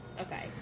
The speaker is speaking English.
Okay